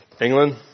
England